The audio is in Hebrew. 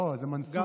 לא, זה מנסור.